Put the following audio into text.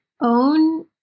own